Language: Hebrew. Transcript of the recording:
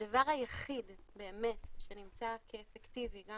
הדבר היחיד באמת שנמצא כאפקטיבי גם